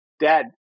Dad